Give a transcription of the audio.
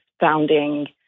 Founding